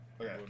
Okay